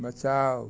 बचाउ